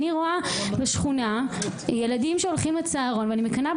אני רואה בשכונה ילדים שהולכים לצהרון ואני מקנאה